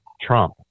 trump